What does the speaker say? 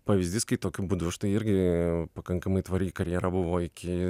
pavyzdys kai tokiu būdu štai irgi pakankamai tvari karjera buvo iki